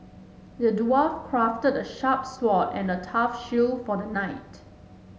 the dwarf crafted a sharp sword and a tough shield for the knight